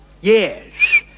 Yes